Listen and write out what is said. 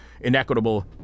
inequitable